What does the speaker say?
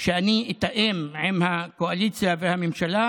שאני אתאם עם הקואליציה והממשלה,